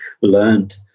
learned